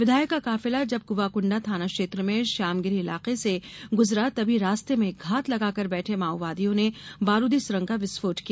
विधायक का काफिला जब कुवाकुंडा थाना क्षेत्र में श्यामगिरी इलाके से गुजरा तभी रास्ते में घात लगाकर बैठे माओवादियों ने बारुदी सुरंग का विस्फोट किया